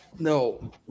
No